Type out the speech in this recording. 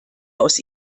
aus